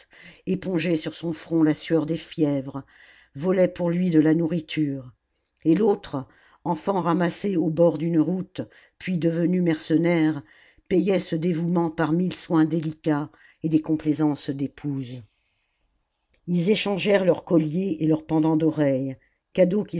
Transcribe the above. épongeait sur son front la sueur des fièvres volait pour lui de la nourriture et l'autre enfant ramassé au bord d'une route puis devenu mercenaire payait ce dévouement par mille soins délicats et des complaisances d'épouse ils échangèrent leur colliers et leurs pendants d'oreilles